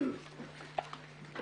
הישיבה ננעלה בשעה 12:10.